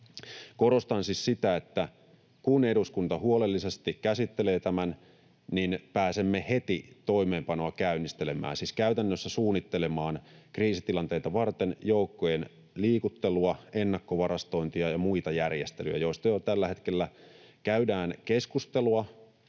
Korostan siis sitä, että kun eduskunta huolellisesti käsittelee tämän, pääsemme heti toimeenpanoa käynnistelemään, siis käytännössä suunnittelemaan kriisitilanteita varten joukkojen liikuttelua, ennakkovarastointia ja muita järjestelyjä, joista jo tällä hetkellä käydään keskustelua